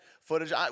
footage